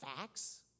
facts